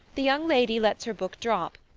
the young lady lets her book drop,